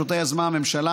שאותה יזמה הממשלה,